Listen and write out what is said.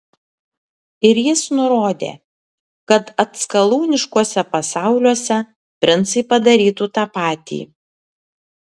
ir jis nurodė kad atskalūniškuose pasauliuose princai padarytų tą patį